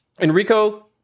Enrico